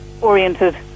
oriented